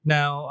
Now